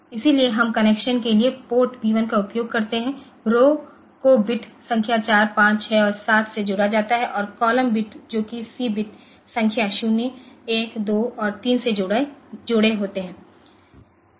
इसलिए हम कनेक्शन के लिए पोर्ट p1 का उपयोग करते हैं रौ को बिट संख्या 4 5 6 और 7 से जोड़ा जाता है और कॉलम बिट जो कि C बिट संख्या 0 1 2 और 3 से जुड़े होते हैं